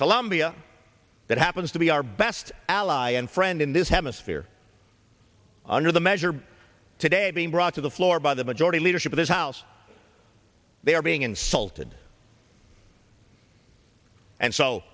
colombia that happens to be our best ally and friend in this hemisphere under the measure today being brought to the floor by the majority leadership of this house they are being insulted and so